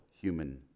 human